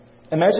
Imagine